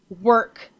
work